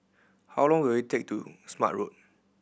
how long will it take to Smart Road